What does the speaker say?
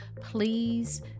please